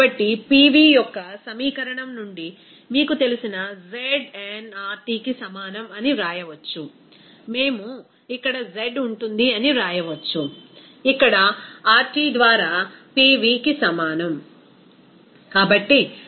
కాబట్టి Pv యొక్క సమీకరణం నుండి మీకు తెలిసిన znRTకి సమానం అని వ్రాయవచ్చు మేము ఇక్కడ z ఉంటుంది అని వ్రాయవచ్చు ఇక్కడ RT ద్వారా Pvకి సమానం